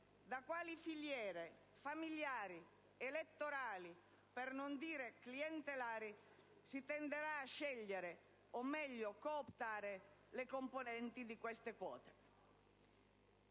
da quali filiere familiari, elettorali, per non dire clientelari si tenderà a scegliere o meglio cooptare le componenti di queste quote.